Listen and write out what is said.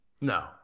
No